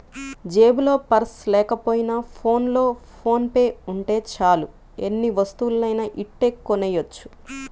జేబులో పర్సు లేకపోయినా ఫోన్లో ఫోన్ పే ఉంటే చాలు ఎన్ని వస్తువులనైనా ఇట్టే కొనెయ్యొచ్చు